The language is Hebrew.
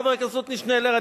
חבר הכנסת עתני שנלר,